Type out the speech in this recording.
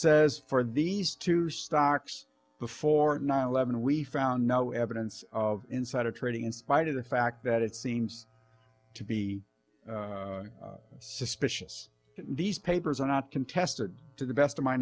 says for these two stocks before nine eleven we found no evidence of insider trading in spite of the fact that it seems to be suspicious that these papers are not contested to the best of my